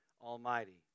Almighty